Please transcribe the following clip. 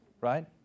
Right